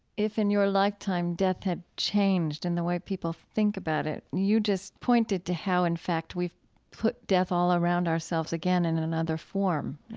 in your lifetime, death had changed in the way people think about it. you just pointed to how, in fact, we've put death all around ourselves again in another form,